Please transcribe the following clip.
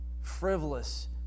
frivolous